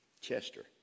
Chester